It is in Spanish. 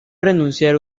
renunciar